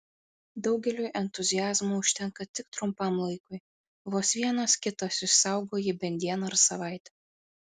daugeliui entuziazmo užtenka tik trumpam laikui vos vienas kitas išsaugo jį bent dieną ar savaitę